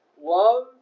love